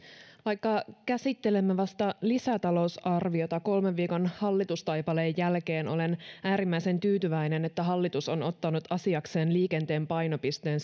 vaikka käsittelemme vasta lisätalousarviota kolmen viikon hallitustaipaleen jälkeen olen äärimmäisen tyytyväinen että hallitus on ottanut asiakseen liikenteen painopisteen